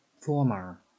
Former